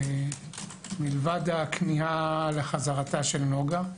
מלבד הכמיהה לחזרתה של נוגה.